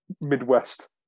Midwest